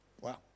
Wow